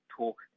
talk